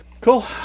Cool